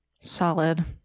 Solid